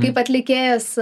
kaip atlikėjas